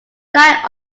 knight